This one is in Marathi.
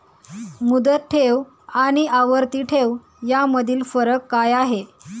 मुदत ठेव आणि आवर्ती ठेव यामधील फरक काय आहे?